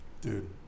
dude